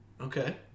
Okay